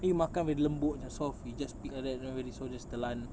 then you makan dia lembut macam soft then you just pick like that then very soft you just telan